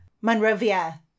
Monrovia